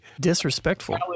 Disrespectful